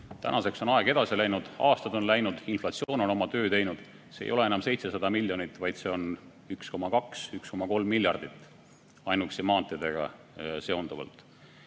Tänaseks on aeg edasi läinud, aastad on läinud, inflatsioon on oma töö teinud. Puudu ei ole enam 700 miljonit, vaid 1,2–1,3 miljardit. Seda ainuüksi maanteedega seonduvalt.